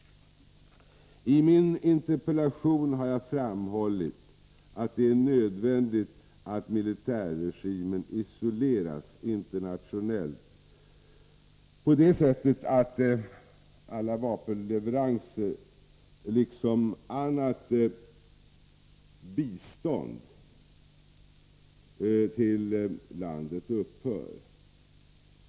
I min interpellation har jag framhålllit att det är nödvändigt att militärregimen i Chile isoleras internationellt på det sättet att alla vapenleveranser liksom annat bistånd till landet upphör.